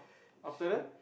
after that